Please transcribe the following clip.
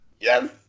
Yes